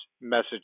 message